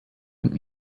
von